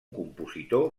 compositor